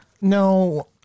No